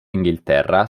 inghilterra